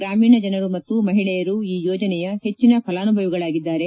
ಗ್ರಾಮೀಣ ಜನರು ಮತ್ತು ಮಹಿಳೆಯರು ಈ ಯೋಜನೆಯ ಹೆಚ್ಚಿನ ಫಲಾನುಭವಿಗಳಾಗಿದ್ದಾರೆ